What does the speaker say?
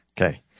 Okay